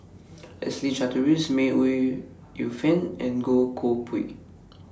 Leslie Charteris May Ooi Yu Fen and Goh Koh Pui